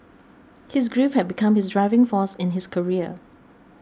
his grief have become his driving force in his career